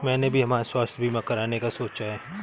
मैंने भी हमारा स्वास्थ्य बीमा कराने का सोचा है